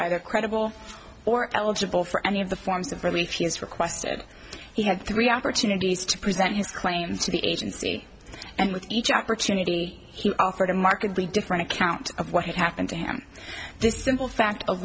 either credible or eligible for any of the forms of relief he has requested he had three opportunities to present his claims to the agency and with each opportunity he offered a markedly different account of what had happened to him this simple fact